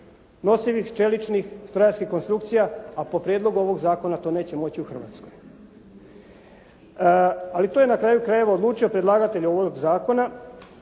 nosivih čeličnih strojarskih konstrukcija, a po prijedlogu ovoga zakona to neće moći u Hrvatskoj. Ali to je na kraju krajeva odlučio predlagatelj ovoga zakona